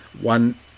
one